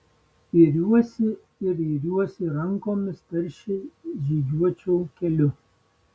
iriuosi ir iriuosi rankomis tarsi žygiuočiau keliu